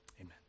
amen